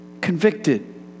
Convicted